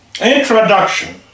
Introduction